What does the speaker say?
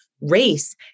race